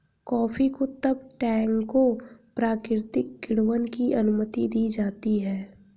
coffee को तब टैंकों प्राकृतिक किण्वन की अनुमति दी जाती है